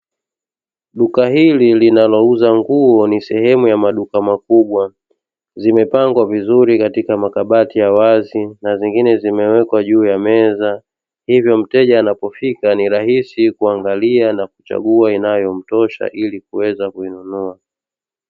Duka hili linalo uza nguo ni sehemu ya maduka makubwa, zimepangwa vizuri katika makabati ya wazi na zingine zimewekwa juu ya meza hivyo mteja anapofika ni rahisi kuangalia na kuchagua inayo mtosha ili kuweza kuinunua.